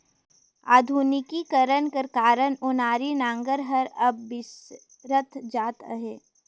आधुनिकीकरन कर कारन ओनारी नांगर हर अब बिसरत जात अहे